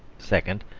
second,